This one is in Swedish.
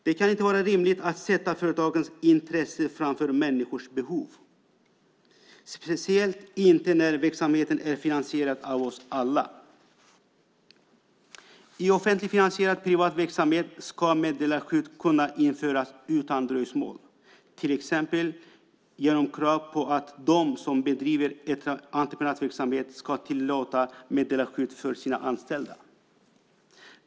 Det kan inte vara rimligt att sätta företagens intresse framför människors behov - speciellt inte när verksamheten är finansierad av oss alla. I offentligt finansierad privat verksamhet ska meddelarskydd kunna införas utan dröjsmål, till exempel genom krav på att de som bedriver entreprenadverksamhet ska tillåta meddelarskydd för sina anställda.